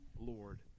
Lord